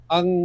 Ang